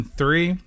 three